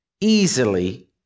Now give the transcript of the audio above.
easily